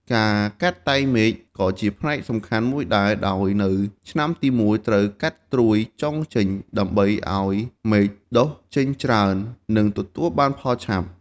ការកាត់តែងមែកក៏ជាផ្នែកសំខាន់មួយដែរ ដោយនៅឆ្នាំទីមួយ គួរកាត់ត្រួយចុងចេញដើម្បីឲ្យមែកដុះចេញច្រើន និងទទួលផលបានឆាប់។